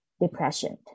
depression